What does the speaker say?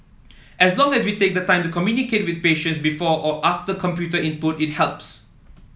as long as we take the time to communicate with patient before or after computer input it helps